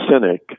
cynic